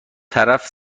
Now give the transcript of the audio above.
طرف